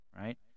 Right